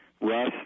Russ